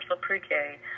pre-K